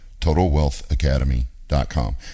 totalwealthacademy.com